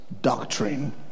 doctrine